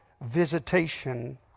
visitation